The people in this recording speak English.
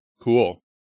Cool